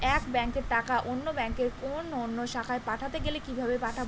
এক ব্যাংকের টাকা অন্য ব্যাংকের কোন অন্য শাখায় পাঠাতে গেলে কিভাবে পাঠাবো?